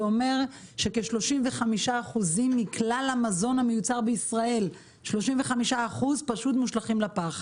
זה אומר שכ-35% מכלל המזון המיוצר בישראל פשוט מושלכים לפח.